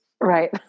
Right